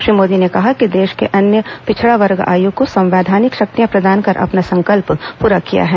श्री मोदी ने कहा कि देश ने अन्य पिछड़ा वर्ग आयोग को संवैधानिक शक्तियां प्रदान कर अपना संकल्प प्रा किया है